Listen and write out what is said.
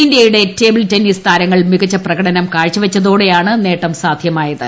ഇന്ത്യയുടെ table tennis താരങ്ങൾ മികച്ച പ്രകടനം കാഴ്ച വച്ചതോടെയാണ് നേട്ടം സാധ്യമായത്